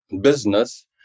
business